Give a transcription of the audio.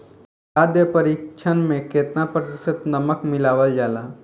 खाद्य परिक्षण में केतना प्रतिशत नमक मिलावल जाला?